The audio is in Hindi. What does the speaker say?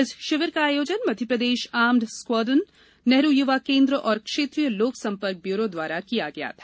इस शिविर का आयोजन मध्य प्रदेश आर्म्ड स्क्वाड्रन नेहरू युवा केंद्र और क्षेत्रीय लोक संपर्क ब्यूरो द्वारा किया गया था